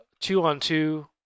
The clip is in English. two-on-two